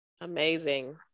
Amazing